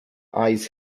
eyes